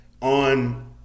on